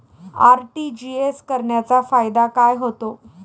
RTGS करण्याचा फायदा काय होतो?